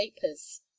papers